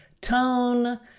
tone